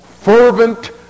fervent